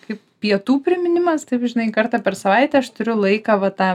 kaip pietų priminimas taip žinai kartą per savaitę aš turiu laiką va tą